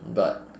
but